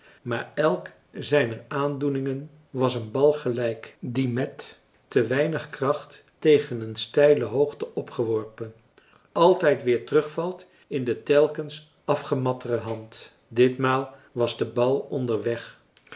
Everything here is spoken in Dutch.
maar elk zijner aandoeningen was een bal gelijk die met te weinig kracht tegen een steile hoogte opgeworpen altijd weer terugvalt in de telkens afgemattere hand ditmaal was de bal onderweg